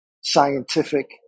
scientific